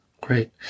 Great